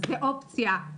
זה אופציה,